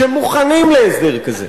שמוכנים להסדר כזה,